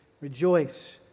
rejoice